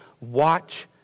watch